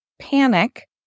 panic